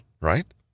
right